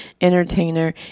entertainer